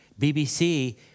BBC